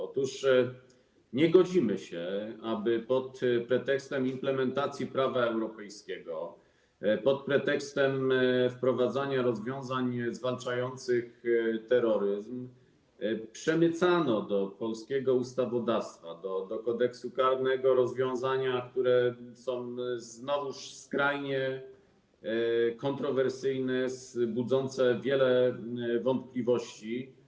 Otóż nie godzimy się, aby pod pretekstem implementacji prawa europejskiego, pod pretekstem wprowadzania rozwiązań zwalczających terroryzm przemycano do polskiego ustawodawstwa, do Kodeksu karnego rozwiązania, które są znowuż skrajnie kontrowersyjne, budzące wiele wątpliwości.